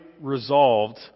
resolved